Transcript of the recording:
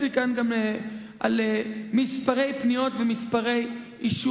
יש לי כאן גם את מספרי פניות ומספרי אישורים,